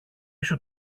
σου